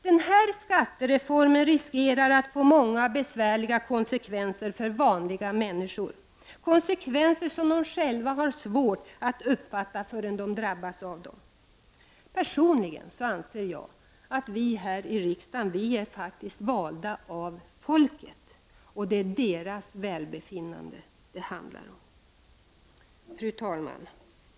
Den här skattereformen riskerar att få många besvärliga konsekvenser för vanliga människor, konsekvenser som de själva har svårt att uppfatta innan de drabbas av dem. Personligen anser jag att vi här i riksdagen är valda av folket, och det är deras välbefinnande detta handlar om. Fru talman!